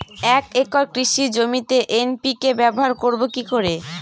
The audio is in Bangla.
এক একর কৃষি জমিতে এন.পি.কে ব্যবহার করব কি করে?